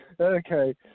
Okay